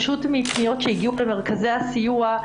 פשוט מפניות שהגיעו ממרכזי הסיוע,